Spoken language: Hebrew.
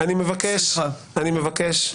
אני מבקש,